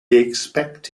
expect